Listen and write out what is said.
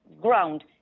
ground